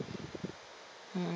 mm